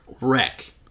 wreck